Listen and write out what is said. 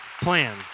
plan